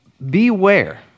Beware